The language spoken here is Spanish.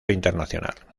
internacional